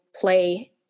play